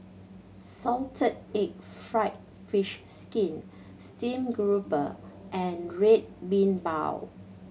salted egg fried fish skin stream grouper and Red Bean Bao